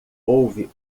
houve